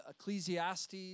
Ecclesiastes